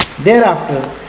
thereafter